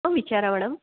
हो विचारा मॅडम